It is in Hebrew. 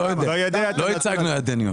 לא הצגנו ידניות.